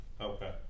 Okay